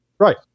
Right